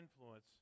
influence